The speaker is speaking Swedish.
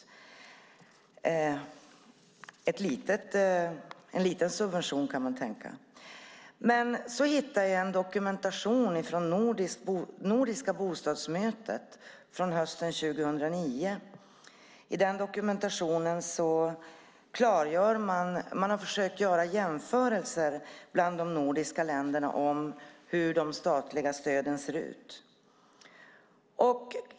Det är en liten subvention kan man tänka. Så hittade jag en dokumentation från Nordiska bostadsmötet hösten 2009. I dokumentationen har man försökt göra jämförelser bland de nordiska länderna om hur de statliga stöden ser ut.